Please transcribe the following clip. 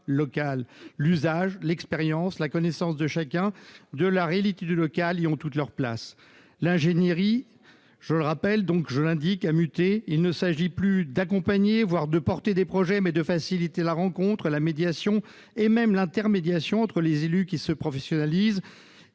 L'usage, l'expérience, la connaissance par chacun de la réalité locale trouvent ici toute leur place. L'ingénierie a muté. Il ne s'agit plus d'accompagner, voire de porter des projets, mais de faciliter la rencontre, la médiation et même l'intermédiation entre des élus qui se professionnalisent,